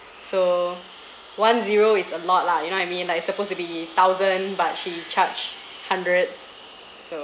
so one zero is a lot lah you know what I mean like it's supposed to be thousand but she charged hundreds so